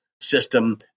system